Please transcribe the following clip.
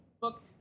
book